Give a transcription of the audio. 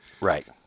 Right